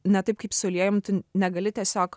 ne taip kaip su aliejum tu negali tiesiog